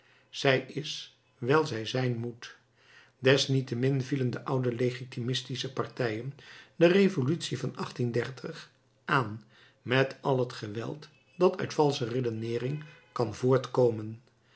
zij is wijl zij zijn moet desniettemin vielen de oude legitimistische partijen de revolutie van aan met al het geweld dat uit valsche redeneering kan voortkomen